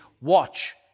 watch